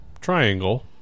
Triangle